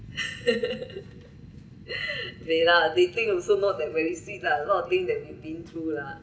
yeah lah that thing also not very very sweet lah a lot of thing that we been through lah